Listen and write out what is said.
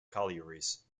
collieries